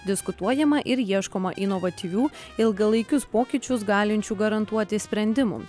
diskutuojama ir ieškoma inovatyvių ilgalaikius pokyčius galinčių garantuoti sprendimų